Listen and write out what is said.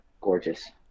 gorgeous